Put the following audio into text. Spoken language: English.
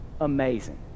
Amazing